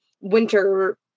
winter